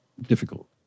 difficult